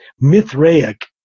Mithraic